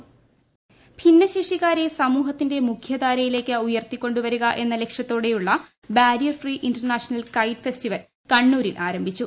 ഭിന്നശേഷി സമൂഹത്തിന്റെ ഭിന്നശേഷിക്കാരെ മുഖ്യധാരയിലേക്ക് ഉയർത്തികൊണ്ടുവരിക എന്ന ലക്ഷ്യത്തോടെയുളള ബാരിയർഫ്രീ ഇന്റർനാഷണൽ കൈറ്റ് ഫെസ്റ്റിവൽ കണ്ണൂരിൽ ആരംഭിച്ചു